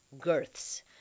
girths